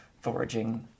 foraging